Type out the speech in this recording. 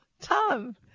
Tom